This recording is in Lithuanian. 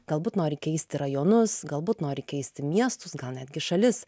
galbūt nori keisti rajonus galbūt nori keisti miestus gal netgi šalis